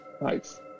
Nice